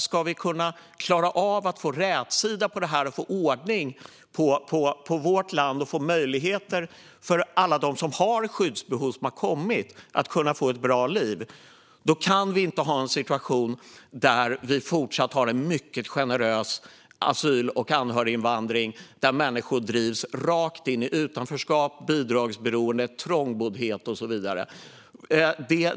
Ska vi kunna klara av att få rätsida på det här, få ordning på vårt land och skapa möjligheter till ett bra liv för alla dem som har skyddsbehov och som har kommit hit kan vi inte ha en situation där vi fortsatt har en mycket generös asyl och anhöriginvandring och där människor drivs rakt in i utanförskap, bidragsberoende, trångboddhet och så vidare.